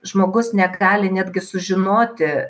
žmogus negali netgi sužinoti